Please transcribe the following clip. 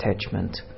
attachment